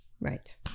Right